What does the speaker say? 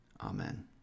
Amen